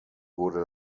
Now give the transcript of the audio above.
wurde